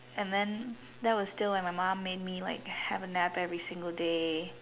and then that was still when my mum made me like have a nap every single day